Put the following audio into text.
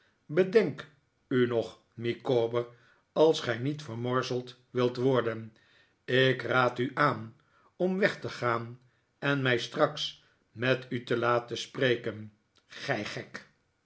bedenk u nog micawber als gij niet vermorzeld wilt worden ik raad u aan om weg te gaan en mij straks met u te laten spreken gij gek